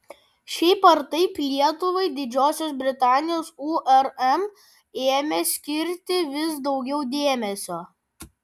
šiaip ar taip lietuvai didžiosios britanijos urm ėmė skirti vis daugiau dėmesio